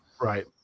right